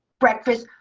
breakfast,